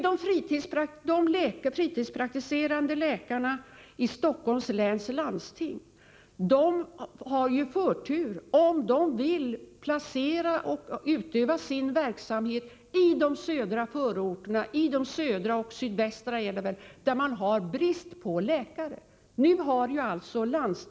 De fritidspraktiserande läkarna i Stockholms läns landsting har ju förtur om de vill lokalisera och utöva sin verksamhet i de södra och sydvästra förorterna, där man har brist på läkare.